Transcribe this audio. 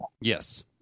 Yes